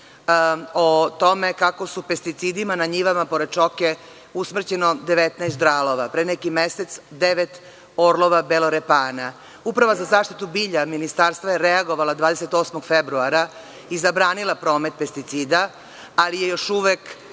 o tome kako je pesticidima na njivama pored Čoke usmrćeno 19 ždralova, pre neki mesec devet orlova belorepana. Uprava za zaštitu bilja ministarstva je reagovala 28. februara i zabranila promet pesticida, ali je još uvek